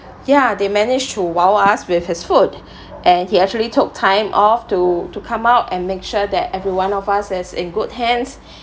ya they managed to !wow! us with his food and he actually took time off to to come out and make sure that every one of us is in good hands